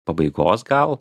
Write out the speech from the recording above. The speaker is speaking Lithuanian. pabaigos gal